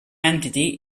entity